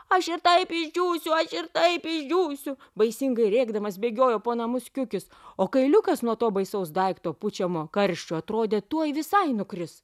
aš ir taip išdžiūsiu aš ir taip išdžiūsiu baisingai rėkdamas bėgiojo po namus kiukis o kailiukas nuo to baisaus daikto pučiamo karščio atrodė tuoj visai nukris